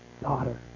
daughter